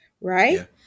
right